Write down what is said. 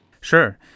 Sure